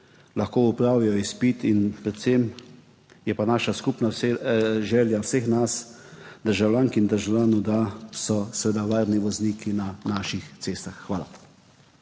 lahko opravijo tudi izpit. Predvsem je pa skupna želja vseh nas državljank in državljanov, da so seveda varni vozniki na naših cestah. Hvala.